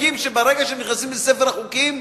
שברגע שהם נכנסים לספר החוקים,